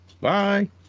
bye